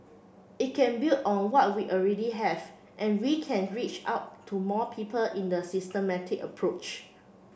it can build on what we already have and we can reach out to more people in the systematic approach